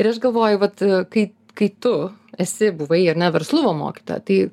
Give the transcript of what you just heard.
ir aš galvoju vat kai kai tu esi buvai ar ne verslumo mokytoja tai